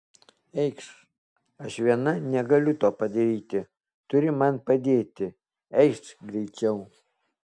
eikš aš viena negaliu to padaryti turi man padėti eikš greičiau